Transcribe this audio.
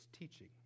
teaching